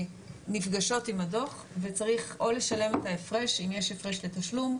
נפגשות עם הדוח וצריך או לשלם את ההפרש אם יש הפרש לתשלום,